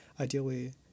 ideally